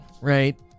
right